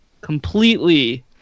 completely